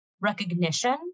recognition